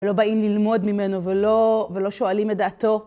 ולא באים ללמוד ממנו ולא שואלים את דעתו.